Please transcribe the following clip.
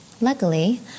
Luckily